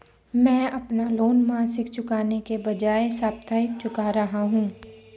मैं अपना लोन मासिक चुकाने के बजाए साप्ताहिक चुका रहा हूँ